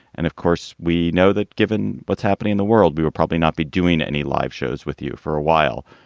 and of course, we know that given what's happening in the world, we will probably not be doing any live shows with you for a while,